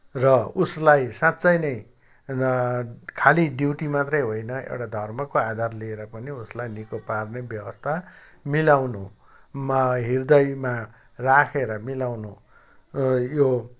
र उसलाई साँच्चै नै र खालि ड्युटीमात्रै होइन एउटा धर्मको आधार लिएर पनि उसलाई निको पार्ने व्यवस्था मिलाउनुमा हृदयमा राखेर मिलाउनु यो